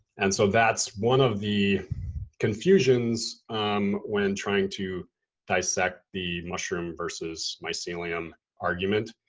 and so that's one of the confusions when trying to dissect the mushroom versus mycelium argument,